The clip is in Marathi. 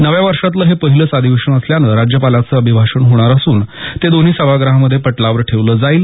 नव्या वर्षातलं हे पहिलंच अधिवेशन असल्यानं राज्यपालांचं अभिभाषण होणार असून ते दोन्ही सभागृहामध्ये पटलावर ठेवलं जाईल